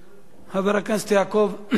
חבר הכנסת יעקב כץ,